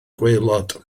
gwaelod